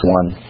one